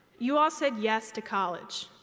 you all said yes to college.